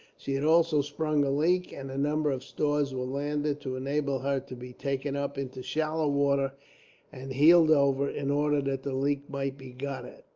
she had also sprung a leak, and a number of stores were landed, to enable her to be taken up into shallow water and heeled over, in order that the leak might be got at.